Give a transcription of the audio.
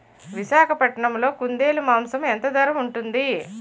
విశాఖపట్నంలో కుందేలు మాంసం ఎంత ధర ఉంటుంది?